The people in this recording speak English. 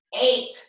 eight